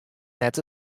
net